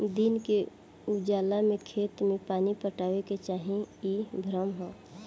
दिन के उजाला में खेत में पानी पटावे के चाही इ भ्रम ह